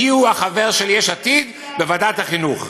מיהו החבר של יש עתיד בוועדת החינוך?